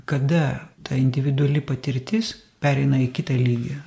kada ta individuali patirtis pereina į kitą lygį